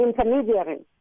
intermediaries